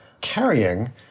carrying